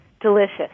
delicious